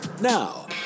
Now